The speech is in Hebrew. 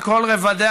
על כל רבדיה,